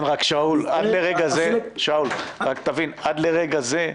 כן, רק, שאול, תבין, עד לרגע זה,